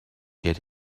get